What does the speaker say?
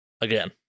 again